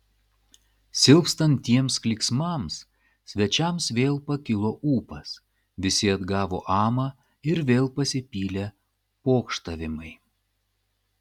silpstant tiems klyksmams svečiams vėl pakilo ūpas visi atgavo amą ir vėl pasipylė pokštavimai